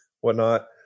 whatnot